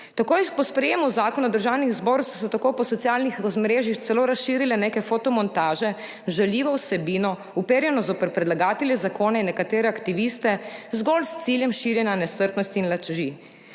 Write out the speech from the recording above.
Takoj po sprejetju zakona v Državnem zboru so se tako po socialnih omrežjih celo razširile neke fotomontaže z žaljivo vsebino, uperjene zoper predlagatelje zakona in nekatere aktiviste, zgolj s ciljem širjenja nestrpnosti in laži.